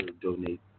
donate